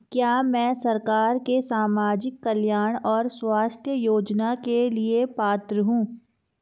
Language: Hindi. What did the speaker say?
क्या मैं सरकार के सामाजिक कल्याण और स्वास्थ्य योजना के लिए पात्र हूं?